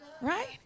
right